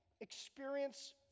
Experience